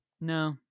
No